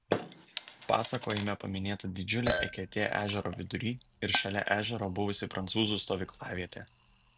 pasakojime paminėta didžiulė eketė ežero vidury ir šalia ežero buvusi prancūzų stovyklavietė